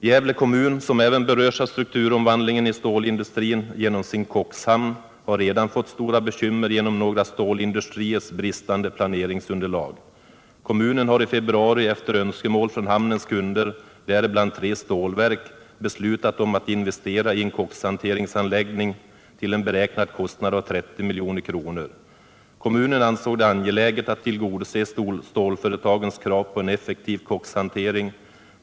Gävle kommun, som även berörs av strukturomvandlingen i stålindustrin genom sin kokshamn, har redan fått stora bekymmer genom några stålindustriers bristande planeringsunderlag. Kommunen har i februari efter önskemål från hamnens kunder, däribland tre stålverk, beslutat om att investera i en kokshanteringsanläggning till en beräknad kostnad av 30 milj.kr. Kommunen ansåg det angeläget att tillgodose stålföretagens krav på en effektiv kokshantering.